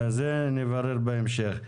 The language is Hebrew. את זה נברר בהמשך.